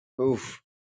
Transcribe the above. Oof